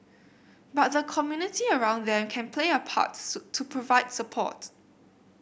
but the community around them can play a parts to provide support